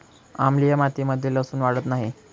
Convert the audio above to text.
आम्लीय मातीमध्ये लसुन वाढत नाही